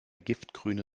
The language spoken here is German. giftgrüne